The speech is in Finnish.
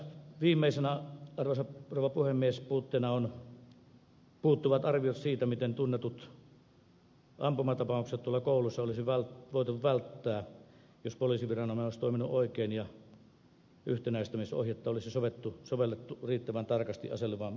viimeisenä puutteena arvoisa rouva puhemies ovat puuttuvat arviot siitä miten tunnetut ampumatapaukset tuolla kouluissa olisi voitu välttää jos poliisiviranomainen olisi toiminut oikein ja yhtenäistämisohjetta olisi sovellettu riittävän tarkasti aseluvan myöntämisvaiheessa